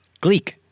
Gleek